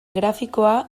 grafikoa